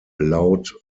allowed